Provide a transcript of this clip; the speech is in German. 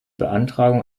beantragung